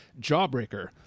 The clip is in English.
Jawbreaker